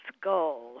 skull